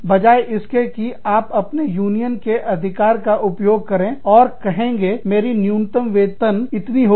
बजाय इसके कि आप अपने यूनियन के अधिकार का उपयोग करें और कहेंगे मेरी न्यूनतम वेतन इतनी होगी